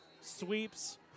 sweeps